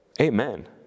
amen